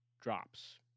drops